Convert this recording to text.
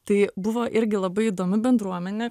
tai buvo irgi labai įdomi bendruomenė